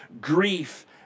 grief